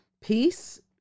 peace